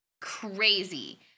crazy